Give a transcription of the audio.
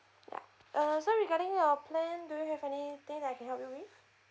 ya uh so regarding your plan do you have anything that I can help you with